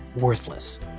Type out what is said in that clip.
worthless